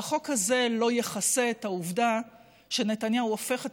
החוק הזה לא יכסה את העובדה שנתניהו הופך את